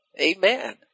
Amen